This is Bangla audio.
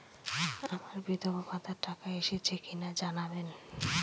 আমার বিধবাভাতার টাকা এসেছে কিনা জানাবেন?